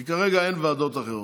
כי כרגע אין ועדות אחרות.